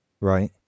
Right